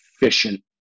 efficient